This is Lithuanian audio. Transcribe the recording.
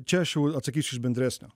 čia aš atsakysiu iš bendresnio